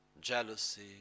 jealousy